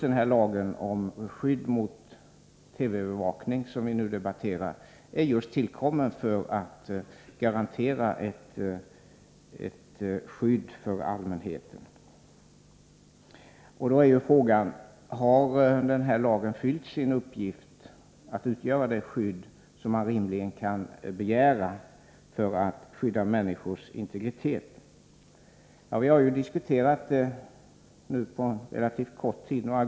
Denna lag om skydd mot TV-övervakning som vi nu debatterar tillkom just för att garantera ett skydd för allmänheten. Frågan är då: Har denna lag fyllt sin uppgift, att utgöra det skydd för människors integritet som man rimligen kan begära? Vi har diskuterat detta några gånger på relativt kort tid.